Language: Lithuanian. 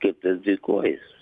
kaip tas dvikojis